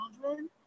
children